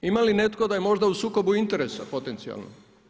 Ima li netko da je možda u sukobu interesa potencijalnom?